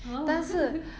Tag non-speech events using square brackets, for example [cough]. oh [noise]